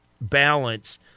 balance